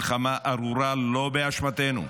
מלחמה ארורה, לא באשמתנו,